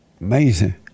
Amazing